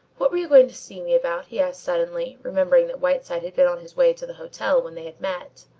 what were you going to see me about? he asked suddenly, remembering that whiteside had been on his way to the hotel when they had met.